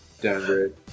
downgrade